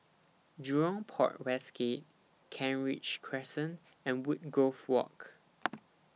Jurong Port West Gate Kent Ridge Crescent and Woodgrove Walk